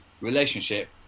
relationship